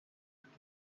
times